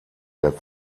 der